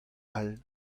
all